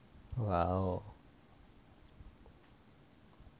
!wow!